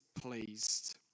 pleased